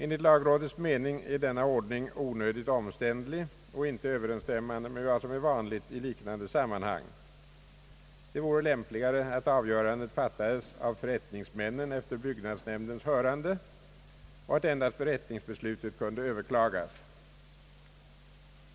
Enligt lagrådets mening är denna ordning onödigt omständlig och inte överensstämmande med vad som är vanligt i liknande sammanhang. Det vore lämpligare att avgörandet fattades av förrättningsmännen efter byggnadsnämndens hörande och att endast förrättningsbeslutet kunde överklagas.